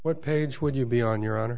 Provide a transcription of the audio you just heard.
what page would you be on your